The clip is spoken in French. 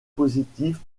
positives